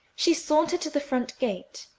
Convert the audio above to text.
she sauntered to the front gate.